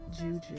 Juju